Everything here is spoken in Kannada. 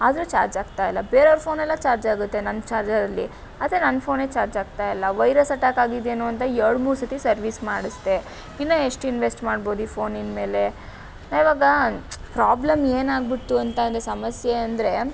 ಆದರೆ ಚಾರ್ಜ್ ಆಗ್ತಾ ಇಲ್ಲ ಬೇರೆಯವರ ಫೋನೆಲ್ಲ ಚಾರ್ಜ್ ಆಗುತ್ತೆ ನನ್ನ ಚಾರ್ಜರಲ್ಲಿ ಆದರೆ ನನ್ನ ಫೋನೇ ಚಾರ್ಜ್ ಆಗ್ತಾ ಇಲ್ಲ ವೈರಸ್ ಅಟ್ಟ್ಯಾಕ್ ಆಗಿದ್ಯೇನೋ ಅಂತ ಎರಡು ಮೂರು ಸತ್ತಿ ಸರ್ವೀಸ್ ಮಾಡ್ಸ್ದೆ ಇನ್ನೂ ಎಷ್ಟು ಇನ್ವೆಸ್ಟ್ ಮಾಡ್ಬೋದು ಈ ಫೋನಿನ ಮೇಲೆ ಯಾವಾಗ ಪ್ರಾಬ್ಲಮ್ ಏನಾಗ್ಬಿಡ್ತು ಅಂತಾಂದ್ರೆ ಸಮಸ್ಯೆ ಅಂದರೆ